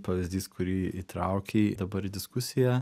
pavyzdys kurį įtraukei dabar į diskusiją